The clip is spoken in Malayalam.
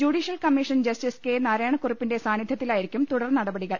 ജുഡീഷ്യൽ കമ്മീഷൻ ജസ്റ്റിസ് നാരായണക്കുറു പ്പിന്റെ സാന്നിധൃത്തിലായിരിക്കും തുടർനടപടികൾ